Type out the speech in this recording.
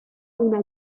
una